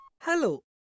Hello